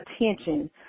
attention